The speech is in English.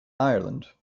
ireland